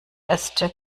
äste